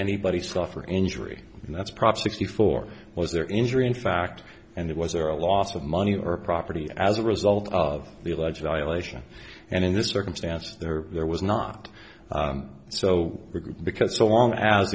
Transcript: anybody suffer injury and that's prop sixty four was there injury in fact and it was there a loss of money or property as a result of the alleged violation and in this circumstance there there was not so because so long as